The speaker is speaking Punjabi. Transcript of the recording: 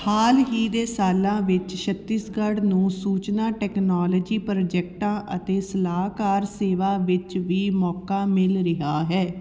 ਹਾਲ ਹੀ ਦੇ ਸਾਲਾਂ ਵਿੱਚ ਛੱਤੀਸਗੜ੍ਹ ਨੂੰ ਸੂਚਨਾ ਟੈਕਨੋਲੋਜੀ ਪ੍ਰੋਜੈਕਟਾਂ ਅਤੇ ਸਲਾਹਕਾਰ ਸੇਵਾ ਵਿੱਚ ਵੀ ਮੌਕਾ ਮਿਲ ਰਿਹਾ ਹੈ